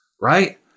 right